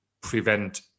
prevent